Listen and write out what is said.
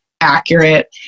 accurate